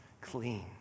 Clean